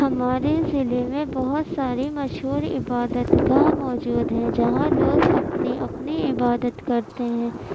ہمارے ضلع میں بہت ساری مشہور عبادت گاہ موجود ہے جہاں لوگ اپنی اپنی عبادت کرتے ہیں